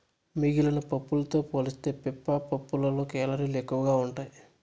మిగిలిన పప్పులతో పోలిస్తే పిస్తా పప్పులో కేలరీలు ఎక్కువగా ఉంటాయి